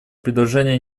предложение